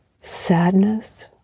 Sadness